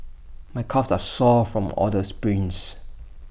my calves are sore from all the sprints